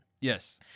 Yes